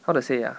how to say ah